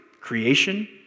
Creation